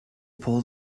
pull